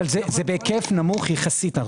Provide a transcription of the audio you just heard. אבל זה בהיקף נמוך יחסית.